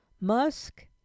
Musk